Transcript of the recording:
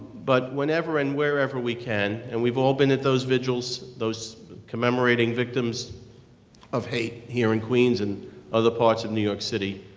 but whenever and wherever we can. and we've all been at those vigils, those commemorating victims of hate here in queens and other parts of new york city.